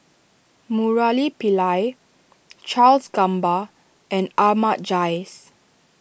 Murali Pillai Charles Gamba and Ahmad Jais